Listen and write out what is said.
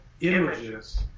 images